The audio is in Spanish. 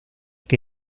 que